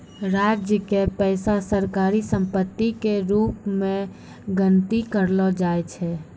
राज्य के पैसा सरकारी सम्पत्ति के रूप मे गनती करलो जाय छै